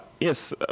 yes